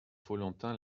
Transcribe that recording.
follentin